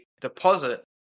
deposit